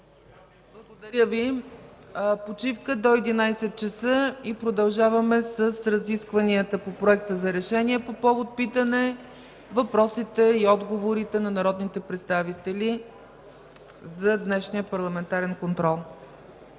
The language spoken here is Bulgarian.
Благодаря. Почивка до 11,00 ч. и продължаваме с разискванията по Проекта за решение по повод питане, въпросите и отговорите на народните представители за днешния парламентарен контрол.